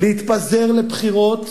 להתפזר לבחירות,